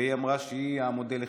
היא אמרה שזה המודל לחיקוי.